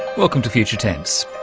welcome to future tense.